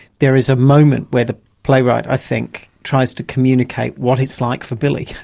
there is a moment where the playwright i think tries to communicate what it's like for billy.